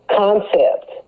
concept